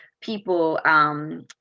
people